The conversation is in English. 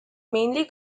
mainly